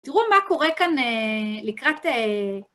תראו מה קורה כאן לקראת...